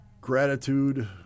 gratitude